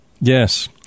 Yes